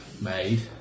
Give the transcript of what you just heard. made